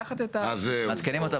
מדברים על --- גברת שוורץ אנא תעדכני אותנו.